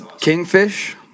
Kingfish